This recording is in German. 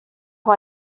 war